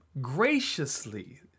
graciously